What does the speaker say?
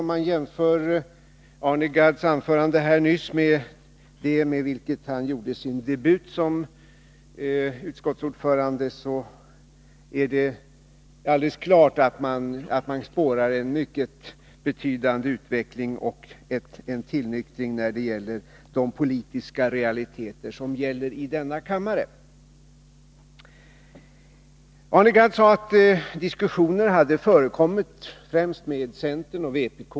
Om man jämför Arne Gadds anförande nyss med det som han höll då han gjorde sin debut som utskottsordförande, kan man i mycket betydande utsträckning spåra en tillnyktring beträffande de politiska realiteter som gäller i kammaren. Arne Gadd sade att diskussioner förekommit främst med centern och vpk.